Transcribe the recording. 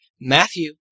Matthew